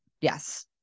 Yes